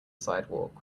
sidewalk